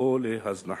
או להזנחתם,